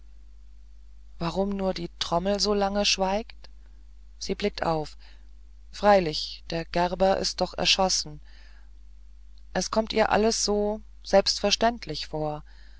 warum nur die trommel so lange schweigt sie blickt auf freilich der gerber ist doch erschossen es kommt ihr alles so selbstverständlich vor